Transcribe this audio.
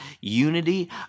unity